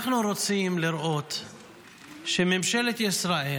אנחנו רוצים לראות שממשלת ישראל,